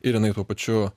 ir jinai tuo pačiu